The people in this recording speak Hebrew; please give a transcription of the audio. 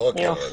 לא רק ירד.